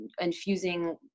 infusing